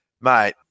mate